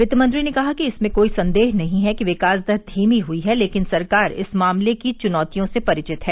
वित्तमंत्री ने कहा कि इसमें कोई संदेह नहीं है कि विकास दर धीमी हुई है लेकिन सरकार इस मामले की चुनौतियों से परिचित है